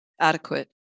adequate